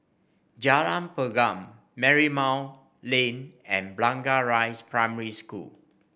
Jalan Pergam Marymount Lane and Blangah Rise Primary School